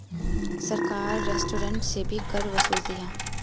सरकार रेस्टोरेंट से भी कर वसूलती है